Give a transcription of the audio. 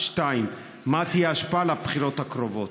2. מה תהיה ההשפעה על הבחירות הקרובות?